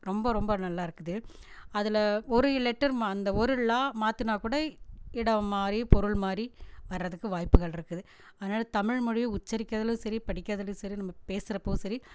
ரொம்ப ரொம்ப நல்லா இருக்குது அதில் ஒரு லெட்டர் மா அந்த ஒரு ழ மாற்றினா கூட இடம் மாறி பொருள் மாறி வரதுக்கு வாய்ப்புகள் இருக்குது அதனால் தமிழ் மொழியை உச்சரிக்கிறதிலும் சரி படிக்கிறதுலும் சரி நம்ம பேசுகிறப் போதும் சரி